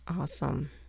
Awesome